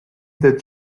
that